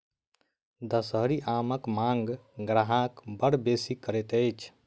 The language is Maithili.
दसहरी आमक मांग ग्राहक बड़ बेसी करैत अछि